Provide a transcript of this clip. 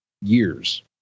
years